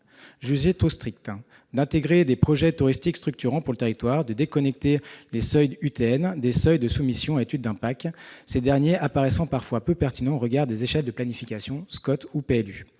permettait d'intégrer des projets touristiques structurants pour le territoire et de déconnecter les seuils UTN des seuils retenus pour la réalisation d'une étude d'impact, ces derniers apparaissant parfois peu pertinents au regard des échelles de planification des SCOT ou des